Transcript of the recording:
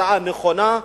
הצעה נכונה,